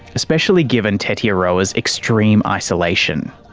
especially given tetiaroa's extreme isolation.